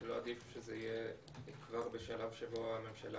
לא עדיף שזה יהיה כבר בשלב שבו הממשלה